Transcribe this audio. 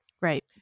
Right